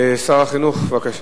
שר החינוך, בבקשה.